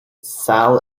sal